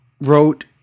wrote